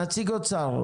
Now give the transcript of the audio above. נציגת אוצר,